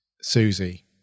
Susie